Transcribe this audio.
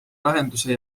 lahenduse